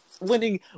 Winning